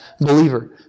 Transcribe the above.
Believer